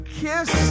kiss